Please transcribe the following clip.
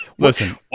Listen